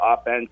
offense